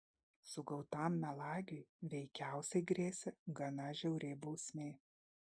sugautam melagiui veikiausiai grėsė gana žiauri bausmė